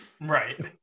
Right